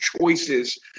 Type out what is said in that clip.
choices